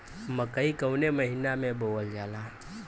मकई कवने महीना में बोवल जाला?